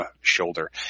shoulder